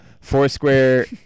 Foursquare